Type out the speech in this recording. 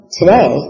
today